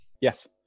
Yes